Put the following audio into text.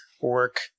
work